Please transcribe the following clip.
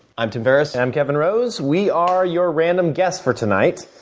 i'm tim ferriss. and i'm kevin rose. we are your random guests for tonight.